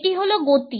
এটি হল গতি